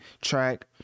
track